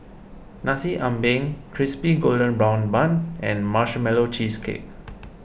Nasi Ambeng Crispy Golden Brown Bun and Marshmallow Cheesecake